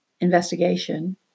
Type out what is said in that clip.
investigation